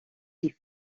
die